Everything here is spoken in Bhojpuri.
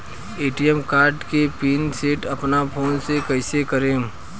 ए.टी.एम कार्ड के पिन सेट अपना फोन से कइसे करेम?